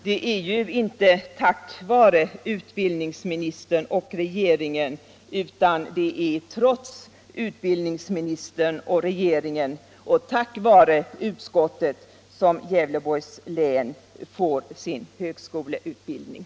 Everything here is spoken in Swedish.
Det är ju inte tack vare utbildningsministern och regeringen utan det är trots utbildningsministern och regeringen och tack vare utskottet som Gävleborgs län får sin högskoleutbildning.